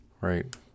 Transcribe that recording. Right